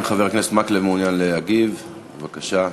אם חבר הכנסת מקלב מעוניין להגיב, בבקשה.